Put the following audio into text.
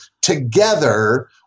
together